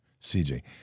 CJ